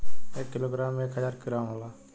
एक किलोग्राम में एक हजार ग्राम होला